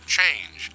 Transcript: change